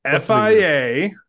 fia